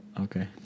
Okay